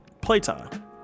playtime